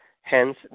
hence